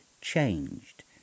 changed